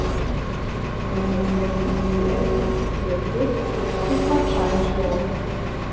vėjas ėmė stiprėti lietus it stiklą čaižė orą